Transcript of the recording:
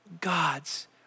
God's